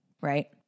Right